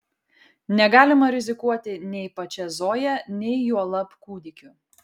negalima rizikuoti nei pačia zoja nei juolab kūdikiu